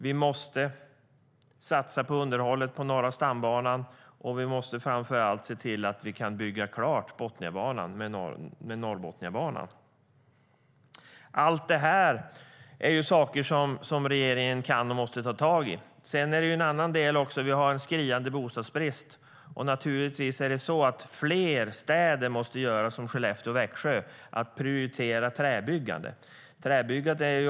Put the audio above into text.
Vi måste satsa på underhållet på Norra stambanan. Och vi måste framför allt se till att bygga färdigt Botniabanans anslutning till Norrbotniabanan. Allt detta måste regeringen ta tag i. Sedan finns det också en skriande bostadsbrist. Fler städer måste göra som Skellefteå och Växjö, det vill säga prioritera träbyggande.